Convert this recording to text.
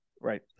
right